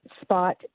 spot